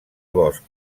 bosc